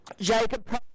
Jacob